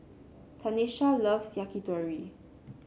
Tanesha loves Yakitori